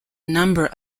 number